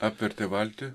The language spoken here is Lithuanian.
apvertė valtį